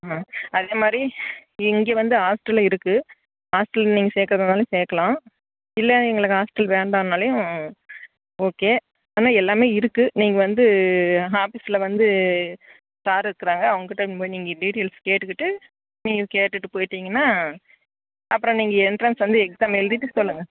ஆ அதேமாதிரி இங்கே வந்து ஹாஸ்டல் இருக்குது ஹாஸ்டலில் நீங்கள் சேர்க்கிறனாலும் நீங்கள் சேர்க்கலாம் இல்லை எங்களுக்கு ஹாஸ்டல் வேண்டானாலேயும் ஓகே ஆனால் எல்லாமே இருக்குது நீங்கள் வந்து ஆபீஸ்சில் வந்து சார் இருக்கிறாங்க அவங்க கிட்டே நீங்கள் டீடைல்ஸ் கேட்டுக்கிட்டு நீங்கள் கேட்டுவிட்டு போய்விட்டீங்ன்னா அப்புறம் நீங்கள் எண்ட்ரன்ஸ் வந்து எக்ஸாம் எழுதிட்டு சொல்லுங்க